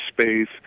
space